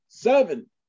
Seven